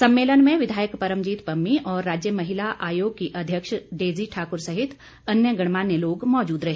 सम्मेलन में विधायक परमजीत पम्मी और राज्य महिला आयोग की अध्यक्ष डेजी ठाकुर सहित अन्य गणमान्य लोग मौजूद रहे